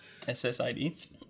ssid